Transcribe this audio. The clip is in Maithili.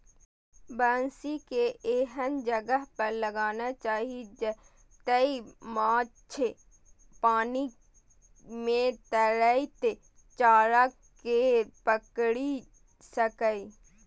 बंसी कें एहन जगह पर लगाना चाही, जतय माछ पानि मे तैरैत चारा कें पकड़ि सकय